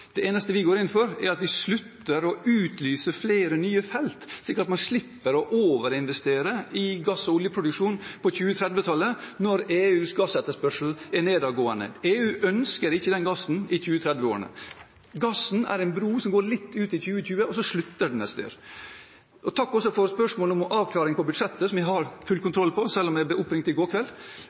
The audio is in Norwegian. Det eneste vi går inn for, er at vi slutter å utlyse flere nye felt, slik at man slipper å overinvestere i gass- og oljeproduksjon på 2030-tallet, når EUs gassetterspørsel er nedadgående. EU ønsker ikke den gassen i 2030-årene. Gassen er en bro som går litt ut i 2020, og så slutter den et sted. Takk også for spørsmål om avklaring på budsjettet, som jeg har full kontroll på – selv om jeg ble oppringt i går kveld.